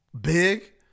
big